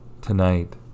tonight